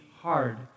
hard